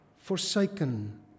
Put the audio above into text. Forsaken